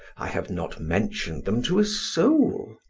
i have not mentioned them to a soul.